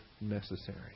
necessary